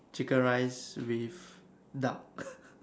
chicken rice with duck